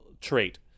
trait